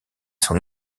son